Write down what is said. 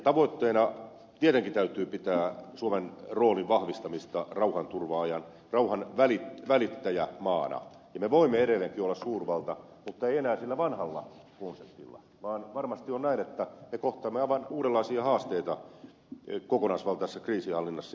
tavoitteena tietenkin täytyy pitää suomen roolin vahvistamista rauhanturvaajana rauhanvälittäjämaana ja me voimme edelleenkin olla suurvalta mutta ei enää sillä vanhalla konseptilla vaan varmasti on näin että me kohtaamme aivan uudenlaisia haasteita kokonaisvaltaisessa kriisinhallinnassa